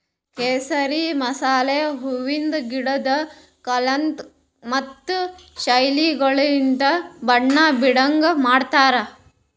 ಕೇಸರಿ ಮಸಾಲೆ ಹೂವಿಂದ್ ಗಿಡುದ್ ಕಳಂಕ ಮತ್ತ ಶೈಲಿಗೊಳಲಿಂತ್ ಬಣ್ಣ ಬೀಡಂಗ್ ಮಾಡ್ತಾರ್